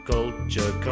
Culture